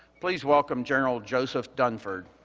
please welcome general joseph dunford.